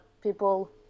people